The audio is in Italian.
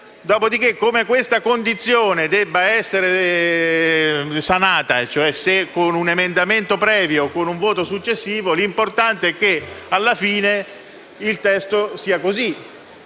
Dopodiché, come questa condizione debba essere sanata, se con un emendamento previo o con un voto successivo, l'importante è che alla fine il testo sia così.